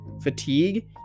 fatigue